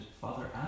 Father